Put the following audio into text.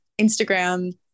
Instagram